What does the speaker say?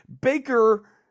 Baker